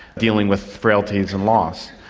dealing with frailties and loss.